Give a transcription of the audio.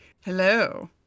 hello